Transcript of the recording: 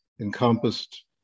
encompassed